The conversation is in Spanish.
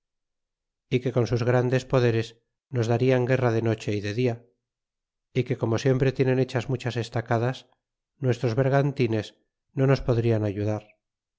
e que con sus grandes poderes nos tarjan guerra de noche y de dia ó que como siempre tienen hechas muchas estacadas nuestros bergantines no nos podrian ayudar